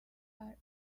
our